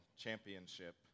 championship